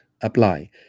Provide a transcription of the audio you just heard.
apply